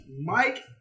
Mike